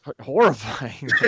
horrifying